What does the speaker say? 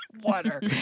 water